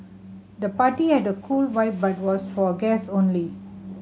the party had a cool vibe but was for guest only